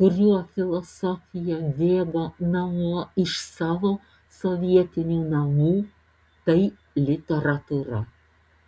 kuriuo filosofija bėgo namo iš savo sovietinių namų tai literatūra